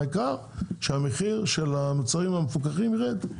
העיקר שהמחיר של המוצרים המפוקחים יירד.